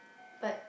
but